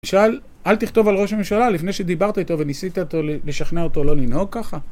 נשאל, אל תכתוב על ראש הממשלה לפני שדיברת איתו וניסית לשכנע אותו לא לנהוג ככה?